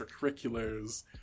extracurriculars